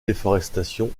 déforestation